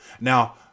now